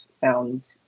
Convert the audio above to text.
found